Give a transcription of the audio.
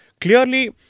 Clearly